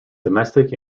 domestic